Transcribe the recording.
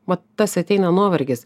vat tas ateina nuovargis